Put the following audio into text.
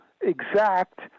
exact